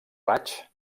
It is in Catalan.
raigs